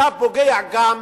אתה פוגע גם